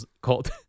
called